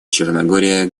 черногории